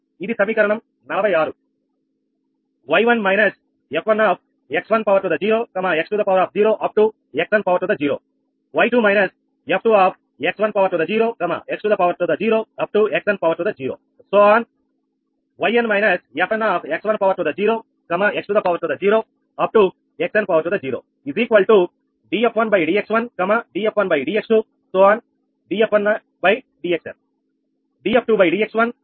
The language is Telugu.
కాబట్టి ఏమైనప్పటికీ df1dxn వరకు మరియు అదే విధంగా df2dx1 df2dx2df2dxn ఇక్కడ ఇది dfndx1 dfndx2dfndxn ∆𝑥1 ∆𝑥2